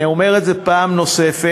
אני אומר את זה פעם נוספת.